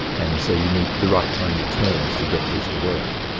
and so you need the right kind of terms to get this to work.